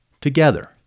together